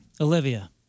Olivia